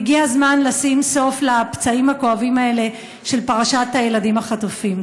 והגיע הזמן לשים סוף לפצעים הכואבים האלה של פרשת הילדים החטופים.